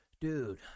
Dude